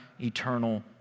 eternal